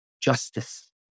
justice